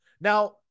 Now